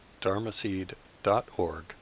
dharmaseed.org